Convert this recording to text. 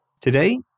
Today